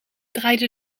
draaide